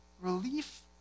relief